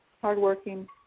hardworking